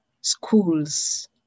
schools